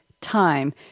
time